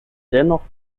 dennoch